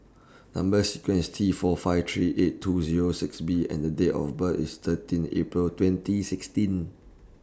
Number sequence IS T four five three eight two Zero six B and The Date of birth IS thirteen April twenty sixteen